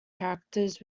characters